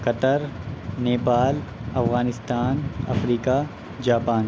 قطر نیپال افغانستان افریقہ جاپان